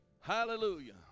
Hallelujah